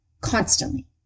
constantly